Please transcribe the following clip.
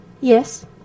Yes